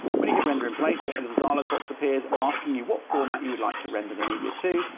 when you hit render in place, a little dialogue box appears asking you what format you would like to render the media to.